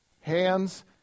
hands